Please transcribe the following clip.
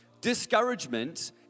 Discouragement